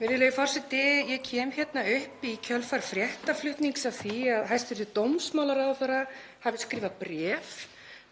Virðulegi forseti. Ég kem hérna upp í kjölfar fréttaflutnings af því að hæstv. dómsmálaráðherra hafi skrifað bréf,